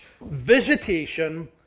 visitation